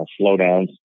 slowdowns